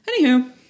Anywho